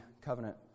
covenant